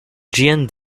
gian